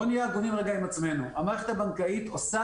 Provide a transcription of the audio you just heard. נוהל הרישוי שאתו אנחנו עובדים היום הוא